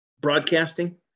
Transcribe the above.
broadcasting